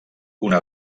una